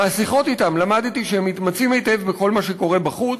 מהשיחות אתם למדתי שהם מתמצאים היטב בכל מה שקורה בחוץ,